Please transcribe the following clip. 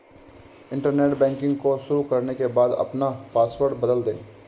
internet banking को शुरू करने के बाद अपना पॉसवर्ड बदल दे